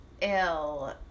ill